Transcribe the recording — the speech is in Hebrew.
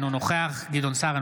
אינו נוכח גדעון סער,